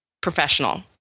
professional